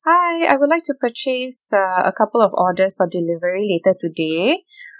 hi I would like to purchase uh a couple of orders for delivery later today